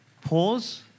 pause